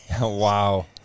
wow